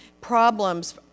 problems